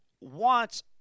wants